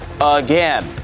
again